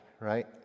right